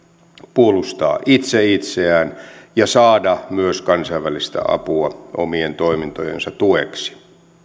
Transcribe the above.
puolustaa itse itseään ja saada myös kansainvälistä apua omien toimintojensa tueksi